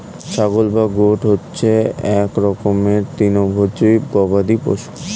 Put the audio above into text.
ছাগল বা গোট হচ্ছে এক রকমের তৃণভোজী গবাদি পশু